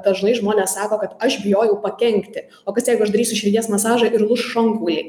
dažnai žmonės sako kad aš bijojau pakenkti o kas jeigu aš darysiu širdies masažą ir lūš šonkauliai